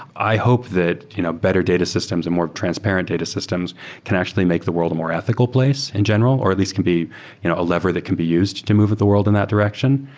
i hope that you know better data systems and more transparent data systems can actually make the world a more ethical place in general, or at least can be you know a lever that can be used to move the world in that direction.